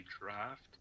draft